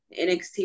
NXT